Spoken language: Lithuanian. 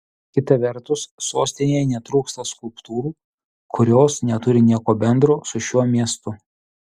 kita vertus sostinėje netrūksta skulptūrų kurios neturi nieko bendro su šiuo miestu